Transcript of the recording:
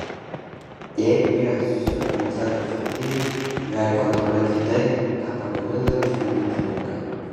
jeigu jie susiorganizavę efektyviai gali kontroliuoti tai ką pagamina ir užvaldyti rinką